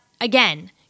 again